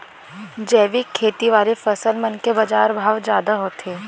जैविक खेती वाले फसल मन के बाजार भाव जादा होथे